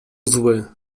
zły